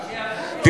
לא.